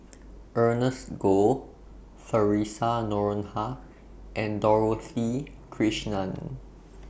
Ernest Goh Theresa Noronha and Dorothy Krishnan